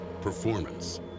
performance